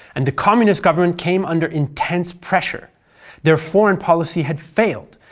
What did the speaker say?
and the communist government came under intense pressure their foreign policy had failed,